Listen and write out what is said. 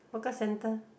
hawker centre